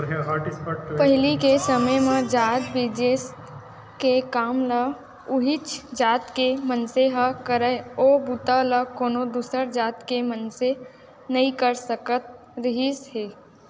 पहिली के समे म जात बिसेस के काम ल उहींच जात के मनसे ह करय ओ बूता ल कोनो दूसर जात के मनसे नइ कर सकत रिहिस हे